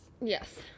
Yes